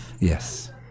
Yes